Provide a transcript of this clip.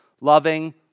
loving